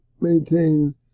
maintain